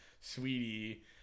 sweetie